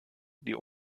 die